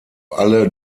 alle